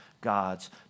gods